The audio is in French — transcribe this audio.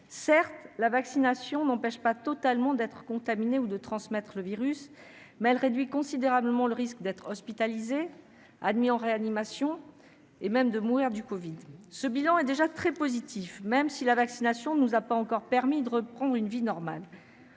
Certes, la vaccination n'empêche pas totalement d'être contaminé ou de transmettre le virus, mais elle réduit considérablement le risque d'être hospitalisé ou admis en réanimation, et même de mourir du covid. Un tel bilan est déjà très positif, même si la vaccination ne nous a pas encore permis de reprendre une vie normale.